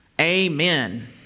Amen